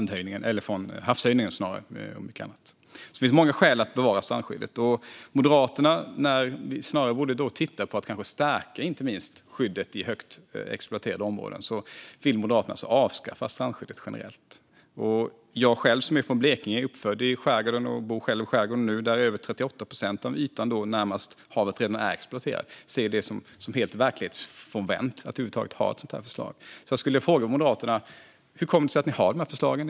Det finns alltså många skäl att bevara strandskyddet. Moderaterna borde kanske snarare titta på att skärpa skyddet, inte minst i hårt exploaterade områden, men vill i stället alltså avskaffa strandskyddet generellt. Jag, som själv är från Blekinge, är uppvuxen i skärgården och bor där nu, där över 38 procent av ytan närmast havet redan är exploaterad, ser det som helt verklighetsfrånvänt att över huvud taget ha ett sådant förslag. Så jag skulle vilja fråga Moderaterna: Hur kommer det sig att ni har de här förslagen?